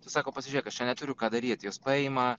tu sako pasižiūrėk aš čia neturiu ką daryt jos paima